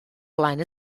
flaen